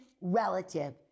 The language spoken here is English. relative